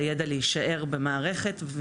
לידע להישאר במערכת.